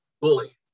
bully